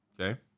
Okay